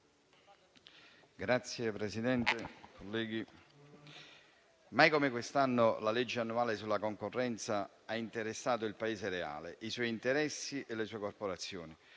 mai come quest'anno la legge annuale sulla concorrenza ha interessato il Paese reale, i suoi interessi e le sue corporazioni.